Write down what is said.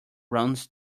runs